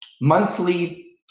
Monthly